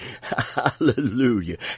Hallelujah